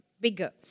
bigger